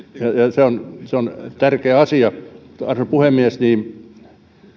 se on se on tärkeä asia arvoisa puhemies